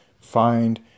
Find